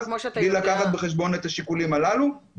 בלי לקחת בחשבון את השיקולים הללו.